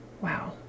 Wow